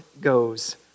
goes